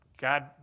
God